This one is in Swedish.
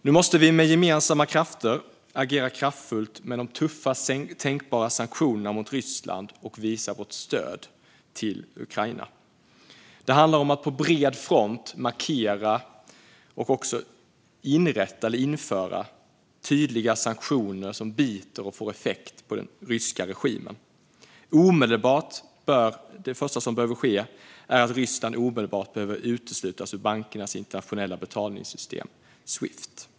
Nu måste vi med gemensamma krafter agera kraftfullt med de tuffast tänkbara sanktionerna mot Ryssland och visa vårt stöd för Ukraina. Det handlar om att på bred front markera och också införa tydliga sanktioner som biter och får effekt på den ryska regimen. Det första som behöver ske är att Ryssland omedelbart utesluts ur bankernas internationella betalningssystem Swift.